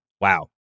Wow